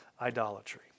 idolatry